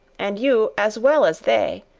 and you, as well as they,